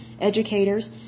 educators